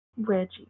Reggie